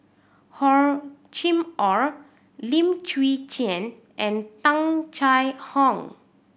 Hor Chim Or Lim Chwee Chian and Tung Chye Hong